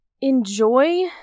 enjoy